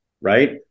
Right